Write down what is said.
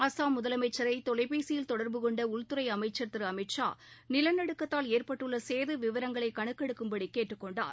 அஸ்ஸாம் முதலமைச்சரைதொலைபேசியில் தொடர்பு கொண்டஉள்துறைஅமைச்சர் திருஅமித் ஷா நிலநடுக்கத்தால் ஏற்பட்டுள்ளசேதவிவரங்களைகணக்கெடுக்கும்படிகேட்டுக் கொண்டார்